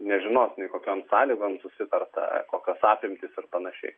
nežinos kokiom sąlygom susitarta kokios apimtys ir panašiai